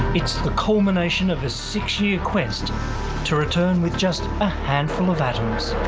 it's the culmination of a six-year quest to return with just a handful of atoms,